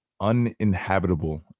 uninhabitable